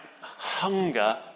hunger